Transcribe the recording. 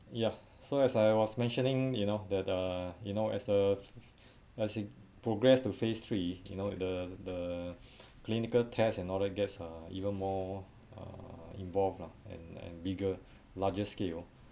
ya so as I was mentioning you know that uh you know as a as it progress to phase three you know the the clinical tests and all the guests are even more uh involved lah and and bigger larger scale